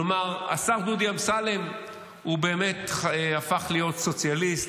כלומר השר דודי אמסלם הוא באמת הפך להיות סוציאליסט,